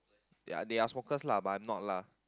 ya they are smokers lah but I'm not lah